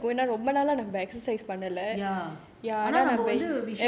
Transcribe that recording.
ya